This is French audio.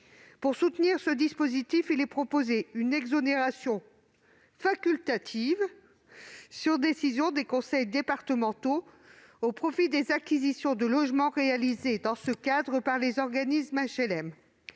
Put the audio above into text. Pour soutenir ce dispositif, il est proposé une exonération facultative, sur décision des conseils départementaux, au profit des acquisitions de logements réalisées, dans ce cadre, par les organismes d'HLM.